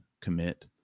commit